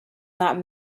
not